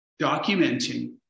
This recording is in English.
documenting